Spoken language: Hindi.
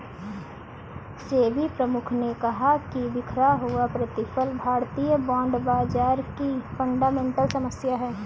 सेबी प्रमुख ने कहा कि बिखरा हुआ प्रतिफल भारतीय बॉन्ड बाजार की फंडामेंटल समस्या है